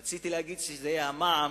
רציתי להגיד שזה המע"מ